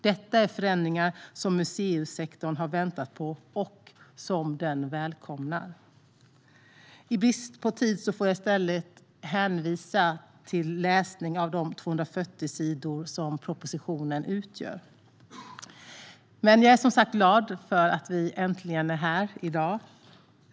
Detta är förändringar som museisektorn har väntat på och som den välkomnar. I brist på tid får jag i stället hänvisa till läsning av de 240 sidor som propositionen utgör. Jag är som sagt var glad att vi äntligen är här i dag.